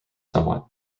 somewhat